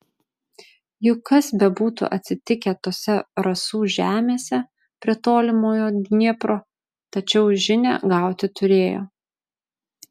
juk kas bebūtų atsitikę tose rasų žemėse prie tolimojo dniepro tačiau žinią gauti turėjo